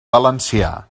valencià